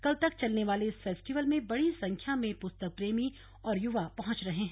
कल तक चलने वाले इस फेस्टिवल में बड़ी संख्या में पुस्तक प्रेमी और युवा पहुंच रहे हैं